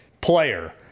player